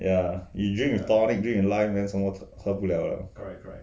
ya your drink with tonic drink in life meh somemore 喝不了了